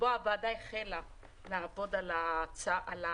עת הוועדה החלה לעבוד על הנושא.